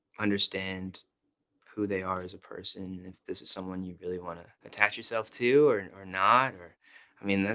understand who they are as a person, if this is someone you really want to attach yourself to, or and or not, or i mean,